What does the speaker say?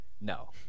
No